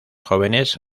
jóvenes